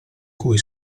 cui